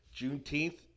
Juneteenth